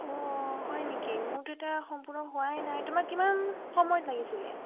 অঁ হয় নেকি মোৰতো এতিয়া সম্পূৰ্ণ হোৱাই নাই তোমাক কিমান সময়ত লাগিছিলে